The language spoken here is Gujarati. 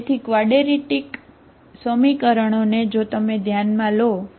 તેથી ક્વાડરેટિક સમીકરણો ને જો તમે ધ્યાનમાં લો બરાબર